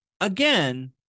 again